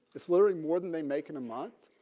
it's literally more than they make in a month.